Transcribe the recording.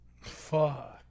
Fuck